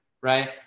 right